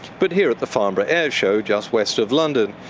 but here at the farnborough airshow just west of london,